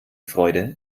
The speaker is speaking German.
freude